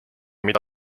mida